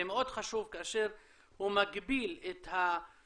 זה מאוד חשוב כאשר הוא מגביל את הנושא של המשפט הערבי הבדואי